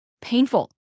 painful